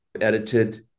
edited